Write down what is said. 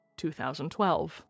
2012